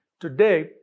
today